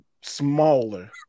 smaller